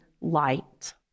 light